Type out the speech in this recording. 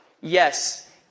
Yes